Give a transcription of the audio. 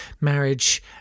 marriage